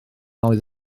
oedd